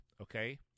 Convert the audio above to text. okay